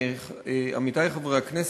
עמיתי חברי הכנסת,